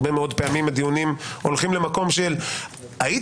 הרבה מאוד פעמים הדיונים הולכים למקום של הייתי